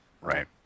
Right